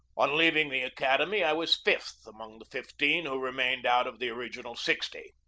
on leaving the acad emy i was fifth among the fifteen who remained out of the original sixty.